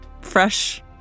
fresh